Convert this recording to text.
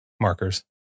Markers